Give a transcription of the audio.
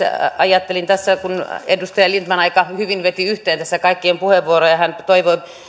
ajattelin tässä kun edustaja lindtman aika hyvin veti yhteen kaikkien puheenvuoroja hän toivoi